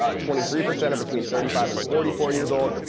ah twenty three percent are between thirty five and forty four years old.